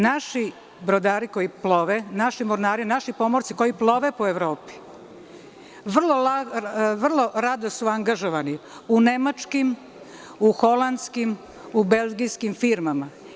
Naši brodari koji plove, mornari, naši pomorci koji plove po Evropi vrlo rado su angažovani u nemačkim, holandskim u belgijskim firmama.